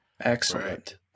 Excellent